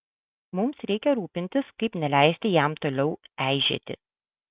mums reikia rūpintis kaip neleisti jam toliau eižėti